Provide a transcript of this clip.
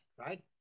right